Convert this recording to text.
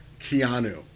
Keanu